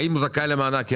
האם הוא זכאי למענק?